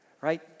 right